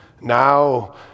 now